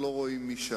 כבוד השר